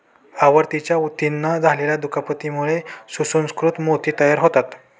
आवरणाच्या ऊतींना झालेल्या दुखापतीमुळे सुसंस्कृत मोती तयार होतात